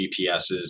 GPSs